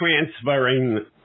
transferring